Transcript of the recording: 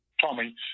Tommy